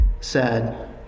sad